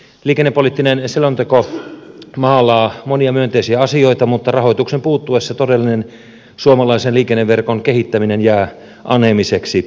liikennepoliittinen selonteko maalaa monia myönteisiä asioita mutta rahoituksen puuttuessa todellinen suomalaisen liikenneverkon kehittäminen jää aneemiseksi